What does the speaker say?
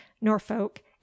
norfolk